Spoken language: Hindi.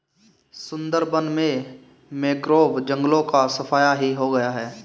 सुंदरबन में मैंग्रोव जंगलों का सफाया ही हो गया है